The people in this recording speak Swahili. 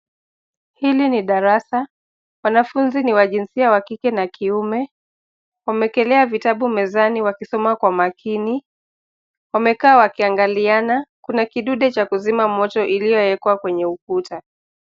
Hili ni darasa. Wanafunzi ni wa jinsia wa kike na kiume. Wameekelea vitabu mezani wakisoma kwa makini. Wamekaa wakiangaliana. Kuna kidude cha kuzima moto iliyoekwa kwenye ukuta.